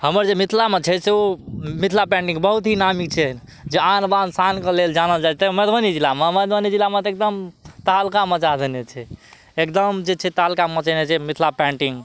हमर जे मिथिलामे छै सेहो मिथिला पेन्टिंग बहुत ही नामी छै जे आन बान शान के लेल जानल जाइ छै मधुबनी जिलामे मधुबनी जिलामे तऽ एकदम तहलका मचा देने छै एकदम जे छै तहलका मचेने छै मिथिला पेन्टिंग